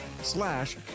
slash